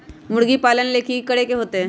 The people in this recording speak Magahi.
मुर्गी पालन ले कि करे के होतै?